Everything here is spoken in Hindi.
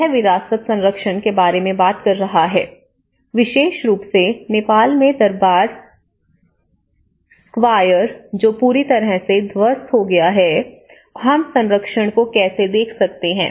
यह विरासत संरक्षण के बारे में बात कर रहा है विशेष रूप से नेपाल में दरबार स्क्वायर जो पूरी तरह से ध्वस्त हो गया है हम संरक्षण को कैसे देख सकते हैं